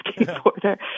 skateboarder